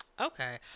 Okay